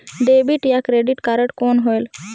Debit या credit card कौन होएल?